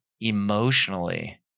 emotionally